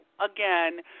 again